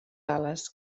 ales